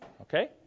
Okay